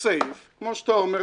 כמו שאתה אומר,